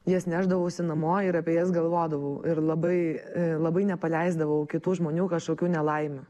jas nešdavausi namo ir apie jas galvodavau ir labai labai nepaleisdavau kitų žmonių kažkokių nelaimių